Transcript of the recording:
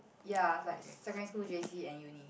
ya like secondary school J_C and uni